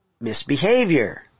misbehavior